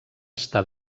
està